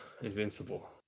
Invincible